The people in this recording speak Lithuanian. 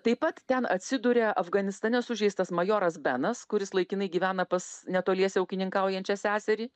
taip pat ten atsiduria afganistane sužeistas majoras benas kuris laikinai gyvena pas netoliese ūkininkaujančią seserį